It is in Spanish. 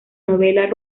novelas